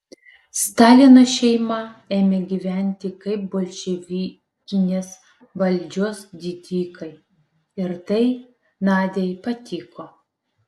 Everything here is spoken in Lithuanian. stalino šeima ėmė gyventi kaip bolševikinės valdžios didikai ir tai nadiai patiko